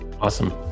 awesome